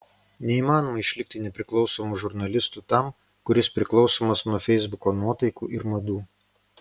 neįmanoma išlikti nepriklausomu žurnalistu tam kuris priklausomas nuo feisbuko nuotaikų ir madų